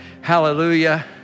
Hallelujah